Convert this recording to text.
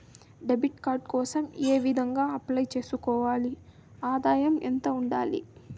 Debit card కోసం ఏ విధంగా అప్లై సేసుకోవాలి? ఆదాయం ఎంత ఉండాలి?